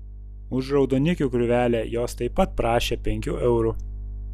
už raudonikių krūvelę jos taip pat prašė penkių eurų